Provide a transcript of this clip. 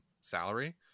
salary